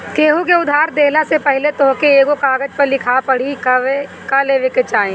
केहू के उधार देहला से पहिले तोहके एगो कागज पअ लिखा पढ़ी कअ लेवे के चाही